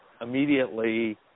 immediately